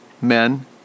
men